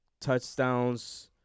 touchdowns